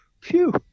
phew